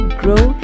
grow